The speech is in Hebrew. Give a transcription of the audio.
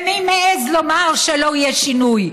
מי מעז לומר שלא יהיה שינוי?